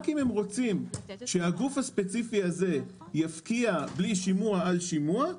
רק אם הם רוצים שהגוף הספציפי הזה יפקיע בלי שימוע על שימוע,